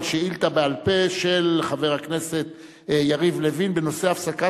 שאילתא בעל-פה של חבר הכנסת יריב לוין בנושא: הפסקת